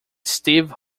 steve